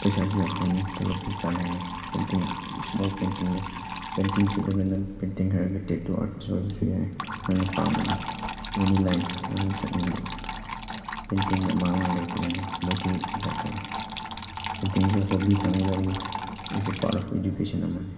ꯄꯩꯁꯥꯁꯨ ꯌꯥꯝ ꯐꯪꯏ ꯇꯣꯂꯣꯞꯁꯨ ꯆꯥꯏ ꯍꯥꯏꯅ ꯄꯦꯟꯇꯤꯡ ꯏꯁꯃꯣꯛ ꯄꯦꯟꯇꯤꯡꯗ ꯄꯦꯟꯇꯤꯡ ꯆꯠꯂꯒ ꯅꯪ ꯄꯦꯟꯇꯤꯡ ꯍꯩꯔꯒ ꯇꯦꯇꯨ ꯑꯥꯔꯠꯁꯁꯨ ꯑꯣꯏꯕꯁꯨ ꯌꯥꯏ ꯅꯪꯅ ꯄꯥꯝꯃꯗꯤ ꯑꯦꯅꯤ ꯂꯥꯏꯟ ꯅꯪꯅ ꯆꯠꯅꯤꯡꯕ ꯄꯦꯟꯇꯤꯡꯒꯤ ꯑꯃꯥꯡꯕ ꯂꯩꯇꯦ ꯍꯥꯏꯗꯤ ꯃꯣꯇꯤꯚꯦꯠ ꯀꯩꯀꯥ ꯇꯧꯏ ꯄꯦꯟꯇꯤꯡꯁꯨ ꯍꯣꯕꯤ ꯊꯝꯒꯗꯕꯅꯤ is a part of education ꯑꯃꯅꯤ